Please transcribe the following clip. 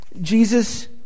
Jesus